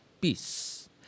Peace